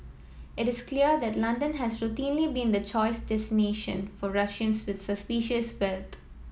it is clear that London has routinely been the choice destination for Russians with suspicious